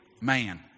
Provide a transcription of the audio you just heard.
man